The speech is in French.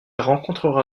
rencontrera